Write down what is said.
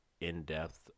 in-depth